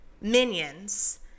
Minions